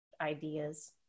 ideas